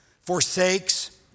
Forsakes